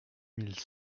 mille